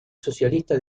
socialista